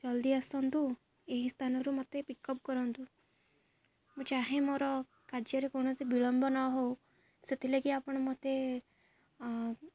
ଜଲ୍ଦି ଆସନ୍ତୁ ଏହି ସ୍ଥାନରୁ ମୋତେ ପିକଅପ୍ କରନ୍ତୁ ମୁଁ ଚାହେଁ ମୋର କାର୍ଯ୍ୟରେ କୌଣସି ବିଳମ୍ବ ନ ହଉ ସେଥିଲାଗି ଆପଣ ମୋତେ